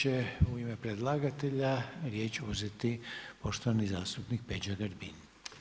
Sada će u ime predlagatelja riječ uzeti poštovani zastupnik Peđa Grbin.